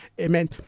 amen